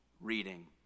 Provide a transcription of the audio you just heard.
reading